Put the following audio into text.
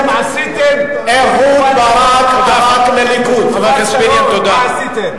מה עשיתם, חבר הכנסת פיניאן, תודה.